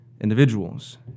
individuals